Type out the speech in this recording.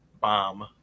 bomb